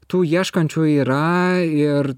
tų ieškančių yra ir